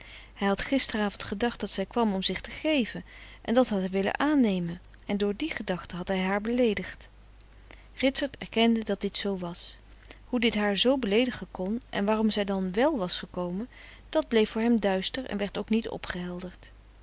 hij had gisteravond gedacht dat zij kwam om zich te geven en dat had hij willen aannemen en door die gedachte had hij haar beleedigd ritsert erkende dat dit zoo was hoe dit haar zoo beleedigen kon en waarom zij dan wèl was gekomen dat bleef voor hem duister en werd ook niet